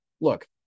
look